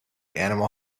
animal